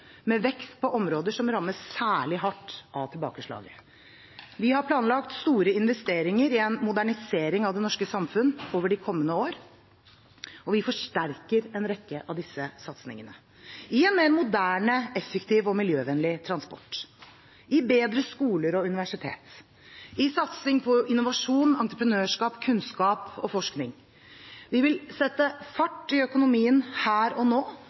med vekt på områder som rammes særlig hardt av tilbakeslaget. Vi har planlagt store investeringer i en modernisering av det norske samfunn over de kommende år. Vi forsterker en rekke av disse satsingene: på en mer moderne, effektiv og miljøvennlig transport på bedre skoler og universitet på innovasjon, entreprenørskap, kunnskap og forskning Vi vil sette fart i økonomien her og nå